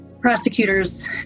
prosecutors